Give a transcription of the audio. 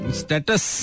status